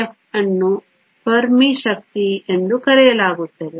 Ef ಅನ್ನು Fermi ಶಕ್ತಿ ಎಂದು ಕರೆಯಲಾಗುತ್ತದೆ